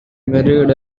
married